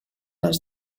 les